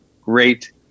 great